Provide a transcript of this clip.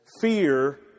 fear